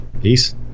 Peace